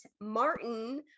Martin